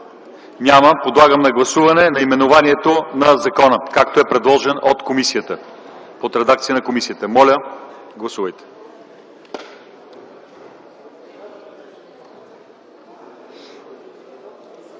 Няма. Подлагам на гласуване наименованието на закона, както е предложен от комисията,